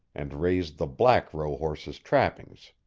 and raised the black rohorse's trappings.